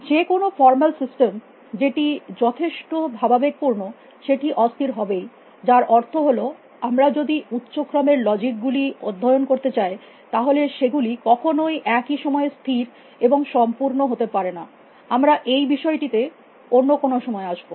যে যেকোনো formal system যেটি যথেষ্ট ভাবাবেগ পূর্ণ সেটি অস্থির হবেই যার অর্থ হল আমরা যদি উচ্চ ক্রমের লজিক গুলি অধ্যয়ন করতে চাই তাহলে সেগুলি কখনই একই সময়ে স্থির এবং সম্পূর্ণ হতে পারে না আমরা এই বিষয়টিতে অন্য কোনো সময়ে আসব